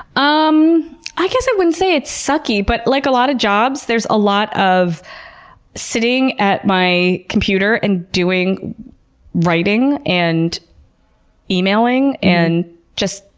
um i wouldn't say it's sucky, but like a lot of jobs, there's a lot of sitting at my computer and doing writing and emailing and just